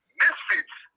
misfits